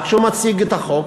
כשהוא מציג חוק,